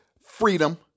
freedom